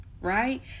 right